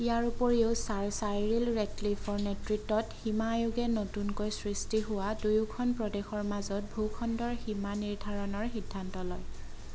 ইয়াৰ উপৰিও sir Cyril ৰেডক্লিফৰ নেতৃত্বত সীমা আয়োগে নতুনকৈ সৃষ্টি হোৱা দুয়োখন প্ৰদেশৰ মাজত ভূখণ্ডৰ সীমা নিৰ্ধাৰণৰ সিদ্ধান্ত লয়